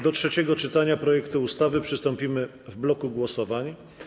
Do trzeciego czytania projektu ustawy przystąpimy w bloku głosowań.